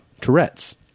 Tourette's